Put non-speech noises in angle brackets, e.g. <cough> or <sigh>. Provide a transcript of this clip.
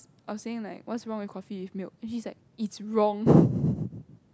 I was saying like what's wrong with coffee with milk then she's like it's wrong <laughs>